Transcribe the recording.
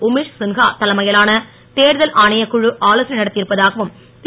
உமே சின்ஹா தலைமை லான தேர்தல் ஆணையக்குழு ஆலோசனை நடத் ருப்பதாகவும் ரு